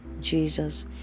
Jesus